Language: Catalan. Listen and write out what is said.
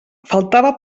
faltava